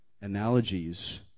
analogies